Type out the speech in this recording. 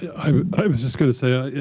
i was just going to say, i